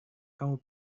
kamu